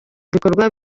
bikorwa